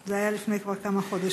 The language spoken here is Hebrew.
זה היה כבר לפני כמה חודשים,